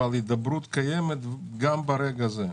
אבל הידברות קיימת גם ברגע זה.